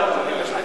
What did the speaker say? להעביר